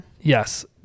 Yes